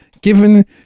Given